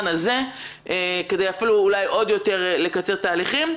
הזה כדי אפילו אולי עוד יותר לקצר תהליכים.